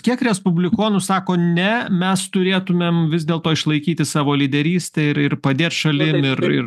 kiek respublikonų sako ne mes turėtumėm vis dėlto išlaikyti savo lyderystę ir ir padėt šalim ir ir